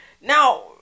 Now